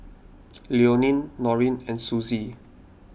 Leonia Noreen and Susie